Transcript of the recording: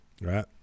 Right